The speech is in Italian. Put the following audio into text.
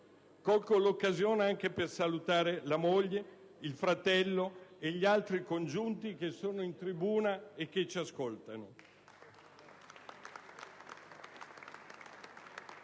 Colgo l'occasione anche per salutare la moglie, il fratello e altri congiunti che sono presenti in tribuna e ci ascoltano.